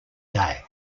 day